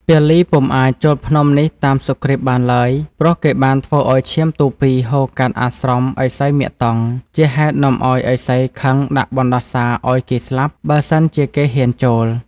ពាលីពុំអាច ចូលភ្នំនេះតាមសុគ្រីពបានឡើយ ព្រោះគេបានធ្វើឱ្យឈាមទូភីហូរកាត់អាស្រមឥសីមតង្គ ជា ហេតុនាំឱ្យឥសីខឹងដាក់បណ្តាសារឱ្យគេស្លាប់ បើសិនជាគេហ៊ានចូល។